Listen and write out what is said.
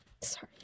Sorry